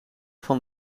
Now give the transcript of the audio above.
van